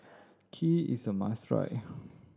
kheer is a must try